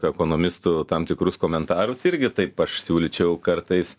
ekonomistų tam tikrus komentarus irgi taip aš siūlyčiau kartais